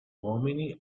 uomini